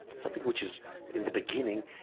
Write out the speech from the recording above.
something which is in the beginning,